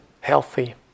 healthy